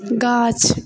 गाछ